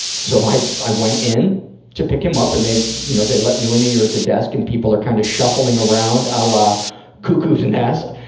so i, i went in to pick him up. and they, you know, they let you in and you're at the desk. and people are kind of shuffling around, a la cuckoo's and nest.